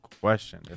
question